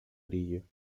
brillo